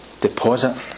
deposit